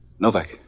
Novak